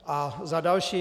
A za další.